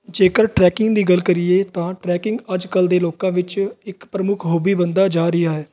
ਜੇਕਰ ਟਰੈਕਿੰਗ ਦੀ ਗੱਲ ਕਰੀਏ ਤਾਂ ਟਰੈਕਿੰਗ ਅੱਜ ਕੱਲ੍ਹ ਦੇ ਲੋਕਾਂ ਵਿੱਚ ਇੱਕ ਪ੍ਰਮੁੱਖ ਹੋਬੀ ਬਣਦਾ ਜਾ ਰਿਹਾ ਹੈ